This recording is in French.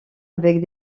avec